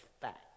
fact